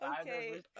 Okay